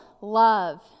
love